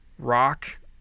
Rock